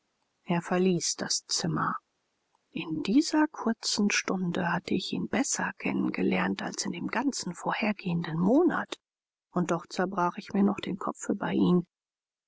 er verließ das zimmer in dieser kurzen stunde hatte ich ihn besser kennen gelernt als in dem ganzen vorhergehenden monat und doch zerbrach ich mir noch den kopf über ihn